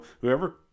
whoever